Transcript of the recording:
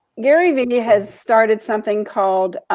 gary vee has started something called.